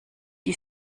die